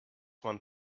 man